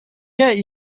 get